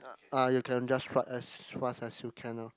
ah you can just ride as fast as you can lor